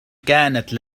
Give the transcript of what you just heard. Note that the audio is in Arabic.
كانت